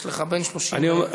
יש לך בין, רבותי,